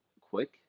quick